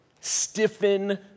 stiffen